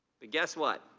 but guess what,